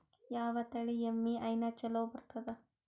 ಯಾವ ತಳಿ ಎಮ್ಮಿ ಹೈನ ಚಲೋ ಬರ್ತದ?